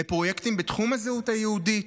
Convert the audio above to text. לפרויקטים בתחום הזהות היהודית,